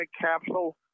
capsule